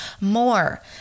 more